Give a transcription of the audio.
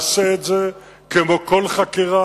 אנחנו נעשה את זה כמו כל חקירה.